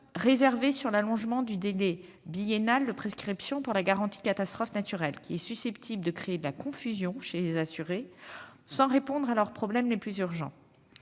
réservés sur l'allongement du délai biennal de prescription pour la garantie catastrophe naturelle, allongement susceptible de créer de la confusion chez les assurés sans répondre à leurs problèmes les plus urgents.